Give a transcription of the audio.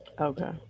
okay